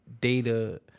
Data